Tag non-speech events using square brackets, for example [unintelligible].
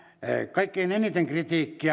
kaikkein eniten kritiikkiä [unintelligible]